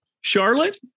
Charlotte